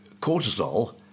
cortisol